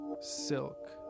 silk